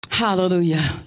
Hallelujah